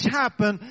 happen